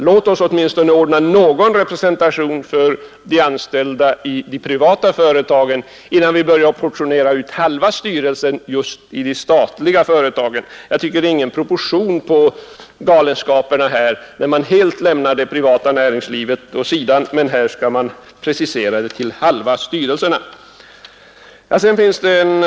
Låt oss åtminstone ordna någon representation för de anställda i de privata företagens styrelser innan vi börjar portionera ut halva styrelsen i de statliga företagen. Jag tycker inte att det är någon proportion på galenskaperna när man helt lämnar de privata företagen åt sidan i detta avseende och samtidigt begär att styrelserna i de statliga företagen till hälften skall bestå av representanter för de anställda.